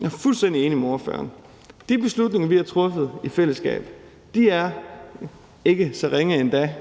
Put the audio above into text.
Jeg er fuldstændig enig med spørgen. De beslutninger, vi har truffet i fællesskab, er, som spørgeren siger, ikke så ringe endda.